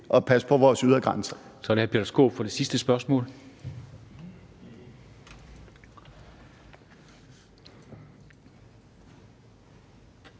at passe på vores ydre grænser.